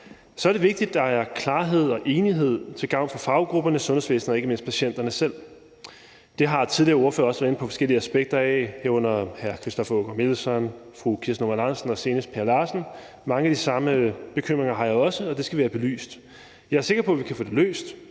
så er det vigtigt, at der er klarhed og enighed til gavn for faggrupperne, sundhedsvæsenet og ikke mindst patienterne selv. Det har tidligere ordførere også været inde på forskellige aspekter af, herunder hr. Christoffer Aagaard Melson, fru Kirsten Normann Andersen og senest hr. Per Larsen. Mange af de samme bekymringer har jeg også, og det skal vi have belyst. Jeg er sikker på, at vi kan få det løst,